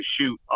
shoot